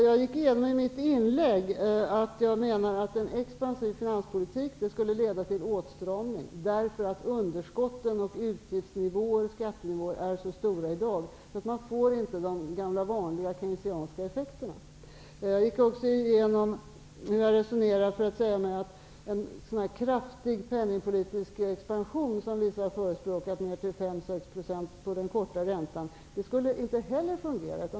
Fru talman! Jag framhöll i mitt inlägg att en expansiv finanspolitik skulle leda till en åtstramning, därför att underskott, utgiftsnivåer och skattenivåer är så höga i dag. Således får man inte de gamla vanliga keynesianska effekterna. Jag gick också igenom hur jag resonerat i följande avseende. En så kraftig penningpolitisk expansion som vissa förespråkat - ner till 5-6 % beträffande den korta räntan - skulle inte heller fungera.